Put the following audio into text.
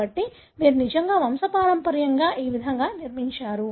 కాబట్టి మీరు నిజంగా వంశపారంపర్యంగా ఈ విధంగా నిర్మించారు